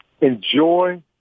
Enjoy